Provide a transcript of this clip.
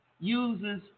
uses